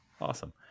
Awesome